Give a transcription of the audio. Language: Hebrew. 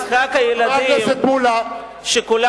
חבר הכנסת מולה.